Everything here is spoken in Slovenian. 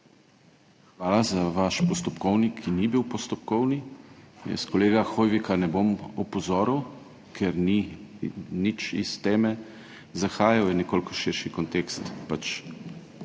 Hvala za vaš postopkovni, ki ni bil postopkovni. Jaz kolega Hoivika ne bom opozoril, ker ni nič iz teme zahajal, je na nekoliko širši kontekst